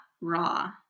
raw